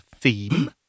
theme